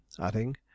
adding